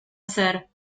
ser